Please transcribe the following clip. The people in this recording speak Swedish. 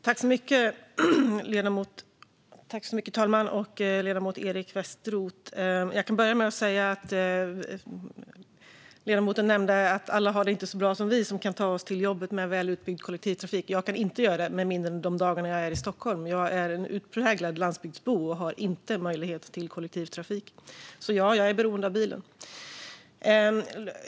Fru talman! Tack, ledamoten Eric Westroth! Ledamoten nämnde att inte alla har det så bra som vi, som kan ta oss till jobbet med väl utbyggd kollektivtrafik. Jag kan inte göra det med mindre än de dagar jag är i Stockholm. Jag är en utpräglad landsbygdsbo och har inte möjlighet att använda kollektivtrafik. Jag är alltså beroende av bilen.